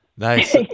Nice